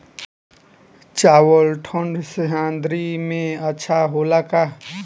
चावल ठंढ सह्याद्री में अच्छा होला का?